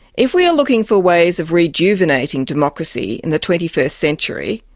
if we are looking for ways of rejuvenating democracy in the twenty first century,